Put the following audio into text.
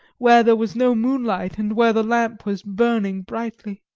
where there was no moonlight and where the lamp was burning brightly.